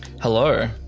Hello